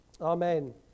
Amen